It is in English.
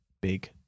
Big